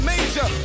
Major